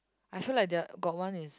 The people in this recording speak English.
I feel like they are got one is